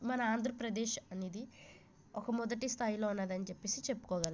మన ఆంధ్రప్రదేశ్ అనేది ఒక మొదటి స్థాయిలో ఉన్నదని చెప్పిచెప్పుకోగలం